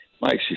Mike